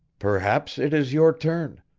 perhaps it is your turn.